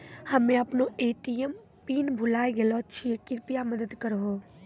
हम्मे अपनो ATM PIN भुलाय गेलो छियै, कृपया मदत करहो